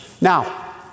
Now